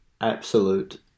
absolute